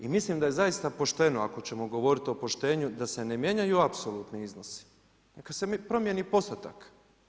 I mislim da je zaista pošteno, ako ćemo govoriti o poštenju da se ne mijenjaju apsolutni iznosi, neka se promijeni postotak.